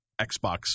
Xbox